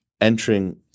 entering